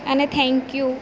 અને થેન્ક્યુ